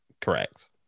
correct